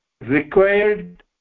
required